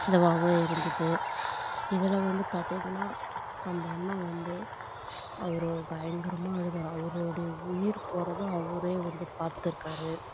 இதுவாகவும் இருந்தது இதில் வந்து பார்த்திங்கன்னா அந்த அண்ணன் வந்து அவர் பயங்கரமாக அழுதார் அவரோடைய உயிர் போகிறதும் அவரே வந்து பார்த்துருக்காரு